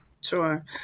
Sure